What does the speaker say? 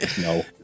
No